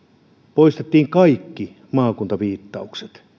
poistettiin kaikki maakuntaviittaukset